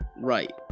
Right